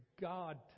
God